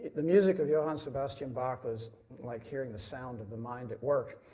the music of yeah and sebastian bach was like hearing the sound of the mind at work.